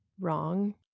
wrong